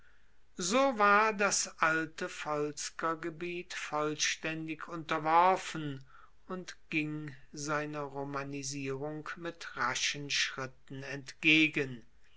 so war das alte volskergebiet vollstaendig unterworfen und ging seiner romanisierung mit raschen schritten entgegen